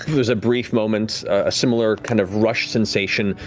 there's a brief moment, a similar kind of rush sensation,